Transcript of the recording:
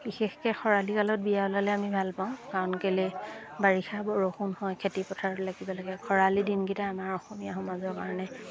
বিশেষকৈ খৰালি কালত বিয়া ওলালে আমি ভাল পাওঁ কাৰণ কেলে বাৰিষা বৰষুণ হয় খেতি পথাৰত লাগিব লাগে খৰালি দিনকেইটা আমাৰ অসমীয়া সমাজৰ কাৰণে